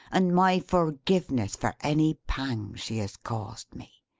and my forgiveness for any pang she has caused me.